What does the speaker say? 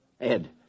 Ed